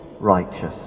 righteous